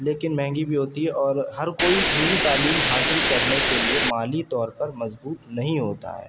لیکن مہنگی بھی ہوتی ہے اور ہر کوئی نجی تعلیم حاصل کرنے کے لیے مالی طور پر مضبوط نہیں ہوتا ہے